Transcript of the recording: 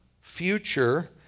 future